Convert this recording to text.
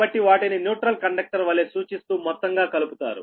కాబట్టి వాటిని neutral conductor వలె సూచిస్తూ మొత్తంగా కలుపుతారు